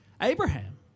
Abraham